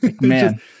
Man